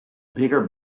bigger